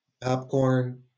popcorn